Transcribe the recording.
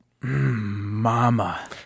Mama